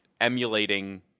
emulating